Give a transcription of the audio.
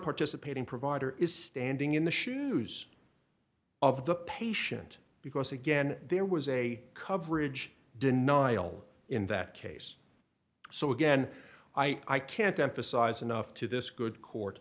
participating provider is standing in the shoes of the patient because again there was a coverage denial in that case so again i can't emphasize enough to this good court